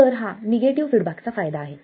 तर हा निगेटिव्ह फीडबॅकचा फायदा आहे